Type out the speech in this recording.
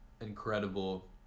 incredible